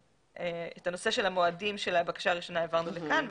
את הנושא של המועדים של הבקשה הראשונה העברנו לכאן,